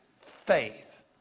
faith